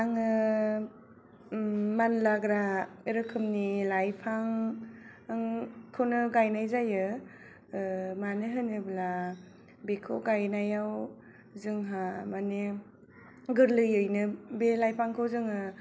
आङो मानलाग्रा रोखोमनि लाइफां खौनो गाइनाय जायो मानो होनोब्ला बेखौ गायनायाव जोंहा मानि गोरलैयैनो बे लाइफांखौ जोङो